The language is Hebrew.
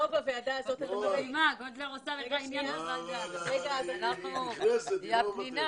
קוטלר זה שם של כבוד.